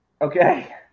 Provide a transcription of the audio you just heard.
okay